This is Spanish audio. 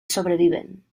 sobreviven